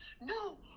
no